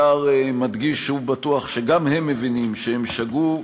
השר מדגיש שהוא בטוח שגם הם מבינים שהם שגו,